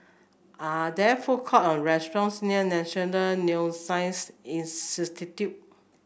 are there food courts or restaurants near National Neuroscience Institute